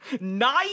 nine